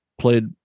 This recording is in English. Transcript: played